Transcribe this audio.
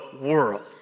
world